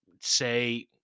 say